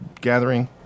gathering